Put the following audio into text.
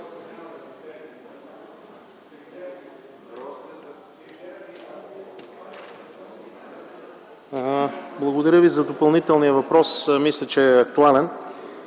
Благодаря за допълнителния въпрос. Мисля, че е актуален.